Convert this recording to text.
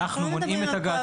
אנחנו מונעים את הגעתו לבית ספר.